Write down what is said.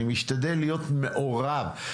אני משתדל להיות מעורב,